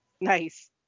Nice